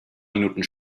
minuten